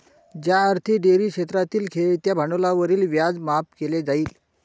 ज्यासाठी डेअरी क्षेत्रातील खेळत्या भांडवलावरील व्याज माफ केले जाईल